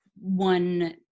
one